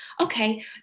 okay